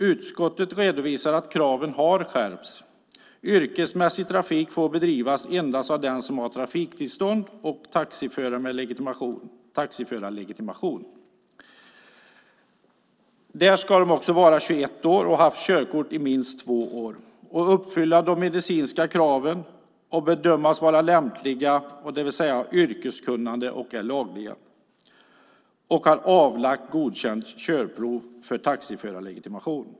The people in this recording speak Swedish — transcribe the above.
Utskottet redovisar att kraven har skärpts. Yrkesmässig trafik får bedrivas endast av den som har trafiktillstånd och taxiförarlegitimation. Dessa personer ska också vara 21 år, haft körkort i minst två år, uppfylla de medicinska kraven och bedömas vara lämpliga, det vill säga är yrkeskunniga och lagliga. De ska ha avlagt godkänt körprov för taxiförarlegitimation.